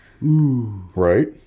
right